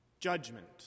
Judgment